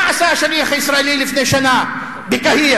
מה עשה השליח הישראלי לפני שנה בקהיר?